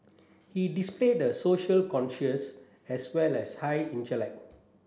he displayed a social conscience as well as high intellect